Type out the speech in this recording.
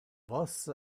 vos